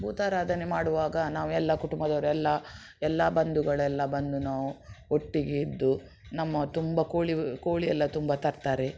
ಭೂತಾರಾಧನೆ ಮಾಡುವಾಗ ನಾವೆಲ್ಲ ಕುಟುಂಬದವರೆಲ್ಲ ಎಲ್ಲ ಬಂಧುಗಳೆಲ್ಲ ಬಂದು ನಾವು ಒಟ್ಟಿಗೆ ಇದ್ದು ನಮ್ಮ ತುಂಬ ಕೋಳಿ ಕೋಳಿಯೆಲ್ಲ ತುಂಬ ತರ್ತಾರೆ